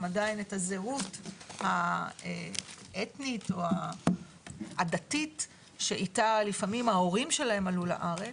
עדיין את הזהות האתנית או הדתית שאיתה לפעמים ההורים שלהם עלו לארץ,